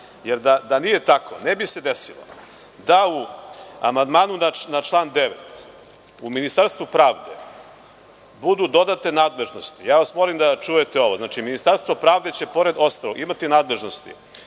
Da nije tako ne bi se desilo da u amandmanu na član 9. u Ministarstvu pravde budu dodate nadležnosti. Ja vas molim da čujete ovo, Ministarstvo pravde će pored ostalog imati nadležnosti